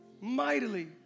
Mightily